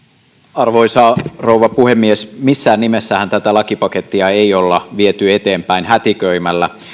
arvoisa rouva puhemies missään nimessähän tätä lakipakettia ei olla viety eteenpäin hätiköimällä